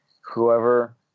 whoever